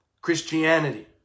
Christianity